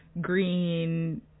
green